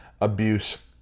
abuse